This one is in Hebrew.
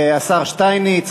השר שטייניץ,